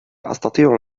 أستطيع